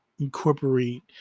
incorporate